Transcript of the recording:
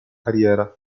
carriera